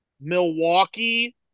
Milwaukee